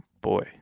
boy